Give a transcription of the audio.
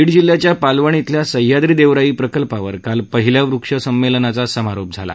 बीड जिल्ह्याच्या पालवण इथल्या सह्याद्री देवराई प्रकल्पावर काल पहिल्या वृक्ष संमेलनाचा समारोप झाला